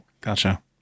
gotcha